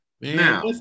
Now